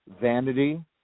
vanity